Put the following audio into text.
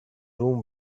room